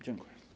Dziękuję.